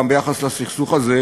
גם ביחס לסכסוך הזה,